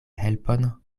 helpon